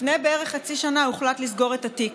לפני בערך חצי שנה הוחלט לסגור את התיק.